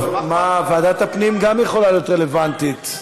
ועדת הפנים גם יכולה להיות רלוונטית.